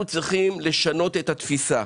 אנחנו צריכים לשנות את התפיסה.